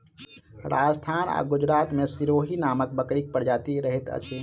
राजस्थान आ गुजरात मे सिरोही नामक बकरीक प्रजाति रहैत अछि